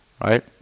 right